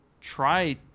try